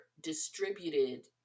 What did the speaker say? distributed